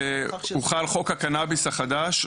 הוחל חוק הקנאביס החדש,